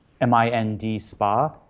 M-I-N-D-Spa